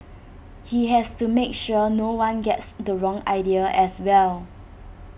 he has to make sure no one gets the wrong idea as well